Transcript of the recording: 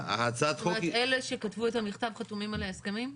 כלומר, אלה שכתבו את המכתב חתומים על ההסכמים?